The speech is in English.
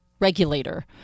regulator